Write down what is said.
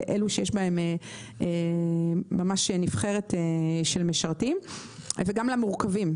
לאלו שיש בהם ממש נבחרת של משרתי מילואים וגם למורכבים,